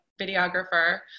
videographer